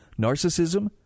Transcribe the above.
narcissism